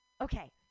okay